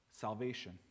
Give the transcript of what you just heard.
salvation